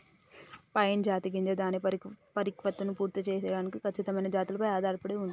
pine జాతి గింజ దాని పరిపక్వతను పూర్తి సేయడానికి ఖచ్చితమైన జాతులపై ఆధారపడి ఉంటుంది